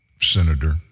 Senator